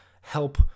help